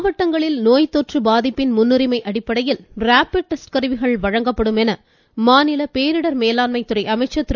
மாவட்டங்களில் நோய் தொற்று பாதிப்பின் முன்னுரிமை அடிப்படையில் ரேபிட் டெஸ்ட் கருவிகள் வழங்கப்படும் என மாநில பேரிடர் மேலாண்மைத்துறை அமைச்சர் திரு